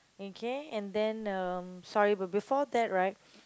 and K and then um sorry but before that right